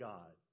God